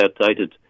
outdated